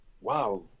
wow